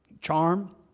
Charm